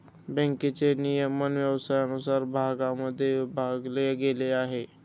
बँकेचे नियमन व्यवसायानुसार भागांमध्ये विभागले गेले आहे